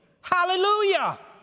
Hallelujah